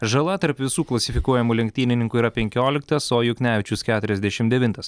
žala tarp visų klasifikuojamų lenktynininkų yra penkioliktas o juknevičius keturiasdešim devintas